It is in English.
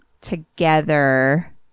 Together